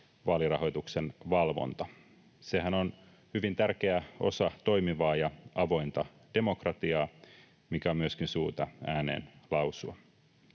vaalirahoituksen valvonta. Sehän on hyvin tärkeä osa toimivaa ja avointa demokratiaa, mikä on myöskin syytä ääneen lausua.